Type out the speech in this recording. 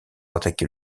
attaquer